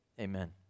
Amen